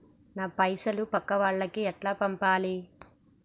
నా పైసలు పక్కా వాళ్లకి ఎట్లా పంపాలి?